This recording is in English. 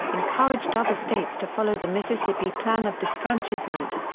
encouraged other states to follow the mississippi plan of disfranchisement.